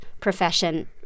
profession